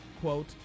quote